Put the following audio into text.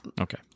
Okay